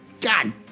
God